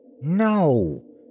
No